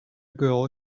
girl